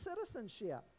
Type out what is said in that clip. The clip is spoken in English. citizenship